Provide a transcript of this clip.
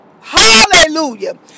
Hallelujah